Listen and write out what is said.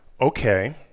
okay